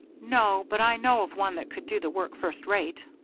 no, but i know of one that could do the work first-rate.